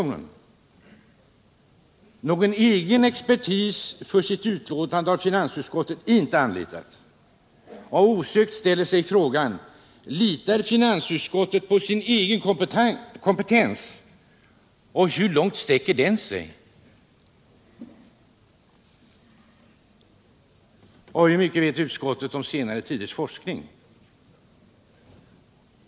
Någon egen expertis för sitt utlåtande har finansutskottet inte anlitat, och då inställer sig osökt frågan: Litar finansutskottet på sin egen kompetens? Hur långt sträcker den sig? Och hur mycket vet utskottet om senare tiders forskning?